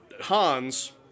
Hans